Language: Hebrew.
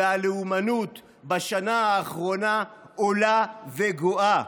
והלאומנות בשנה האחרונה עולה וגואה.